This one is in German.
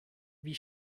wie